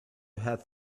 have